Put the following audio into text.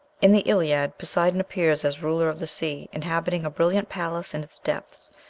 in the iliad poseidon appears as ruler of the sea, inhabiting a brilliant palace in its depths,